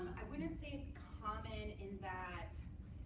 i wouldn't say it's common, in that